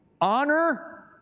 honor